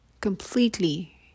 completely